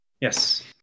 yes